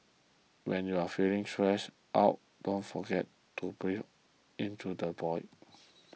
when you are feeling stressed out don't forget to breathe into the void